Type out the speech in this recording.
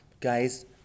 guys